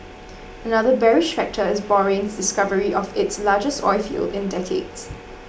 another bearish factor is Bahrain's discovery of its largest oilfield in decades